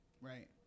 Right